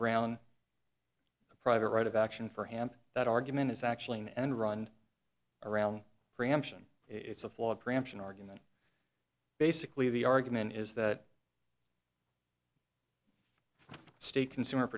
around a private right of action for hand that argument is actually an end run around preemption it's a flawed preemption argument basically the argument is that state consumer